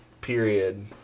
period